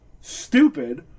Stupid